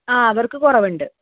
ആ അവർക്ക് കുറവുണ്ട്